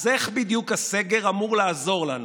אז איך בדיוק הסגר אמור לעזור לנו,